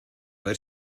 ver